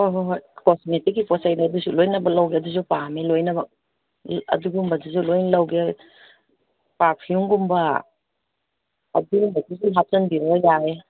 ꯍꯣꯏ ꯍꯣꯏ ꯍꯣꯏ ꯀꯣꯁꯃꯦꯇꯤꯛꯀꯤ ꯄꯣꯠꯆꯩꯗꯣ ꯑꯗꯨꯁꯨ ꯂꯣꯏꯅꯃꯛ ꯂꯧꯒꯦ ꯑꯗꯨꯁꯨ ꯄꯥꯝꯃꯦ ꯂꯣꯏꯅꯃꯛ ꯑꯗꯨꯒꯨꯝꯕꯗꯨꯁꯨ ꯂꯣꯏꯅ ꯂꯧꯒꯦ ꯄꯥꯔꯐ꯭ꯌꯨꯝꯒꯨꯝꯕ ꯑꯗꯨꯒꯨꯝꯕꯗꯨꯁꯨ ꯍꯥꯞꯆꯟꯕꯤꯔꯛꯑꯣ ꯌꯥꯏ